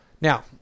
Now